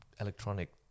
electronic